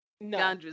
No